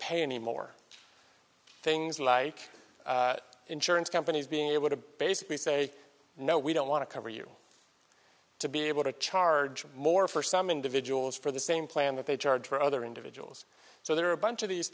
pay anymore things like insurance companies being able to basically say no we don't want to cover you to be able to charge more for some individuals for the same plan that they charge for other individuals so there are a bunch of these